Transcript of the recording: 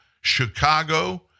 Chicago